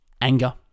anger